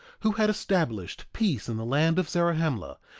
who had established peace in the land of zarahemla,